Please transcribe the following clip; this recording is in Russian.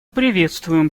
приветствуем